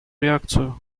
реакцию